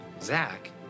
Zach